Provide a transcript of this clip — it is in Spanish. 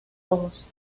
rojos